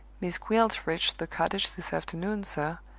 miss gwilt reached the cottage this afternoon, sir,